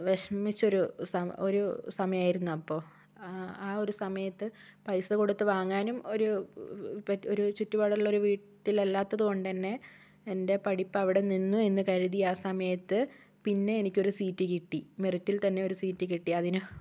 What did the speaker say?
വിഷമിച്ചൊരു സമയ ഒരു സമയമായിരുന്നു അപ്പൊൾ ആ ഒരു സമയത്ത് പൈസ കൊടുത് വാങ്ങാനും ഒരു ഒരു ചുറ്റുപാടുള്ളൊരു വീട്ടിലല്ലാത്തത് കൊണ്ടുതന്നെ എൻ്റെ പഠിപ്പ് അവിടെ നിന്നു എന്ന് കരുതിയ ആ സമയത്തു പിന്നെ എനിക്കൊരു സീറ്റ് കിട്ടി മെറിറ്റിൽ തന്നെ ഒരു സീറ്റുകിട്ടി അതിനു